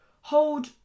hold